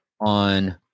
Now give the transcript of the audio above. on